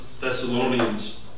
Thessalonians